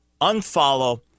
unfollow